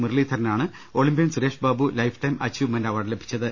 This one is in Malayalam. മുരളീധരനാണ് Olympian Sureshbabu lifetime achievement award ലഭിച്ചത്